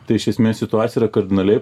tai iš esmės situacija yra kardinaliai